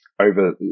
over